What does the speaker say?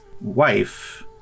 Wife